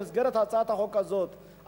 במסגרת הצעת החוק הזאת,